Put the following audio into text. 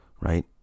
Right